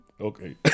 Okay